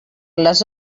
les